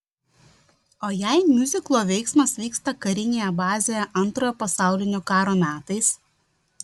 o jei miuziklo veiksmas vyksta karinėje bazėje antrojo pasaulinio karo metais